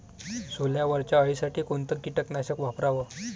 सोल्यावरच्या अळीसाठी कोनतं कीटकनाशक वापराव?